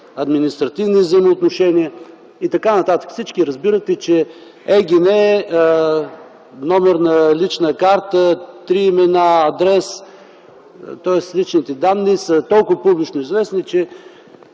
административни взаимоотношения и така нататък. Всички разбирате, че ЕГН, номерът на личната карта, трите имена, адресът, тоест личните данни, са толкова публично известни, че